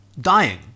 dying